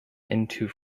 into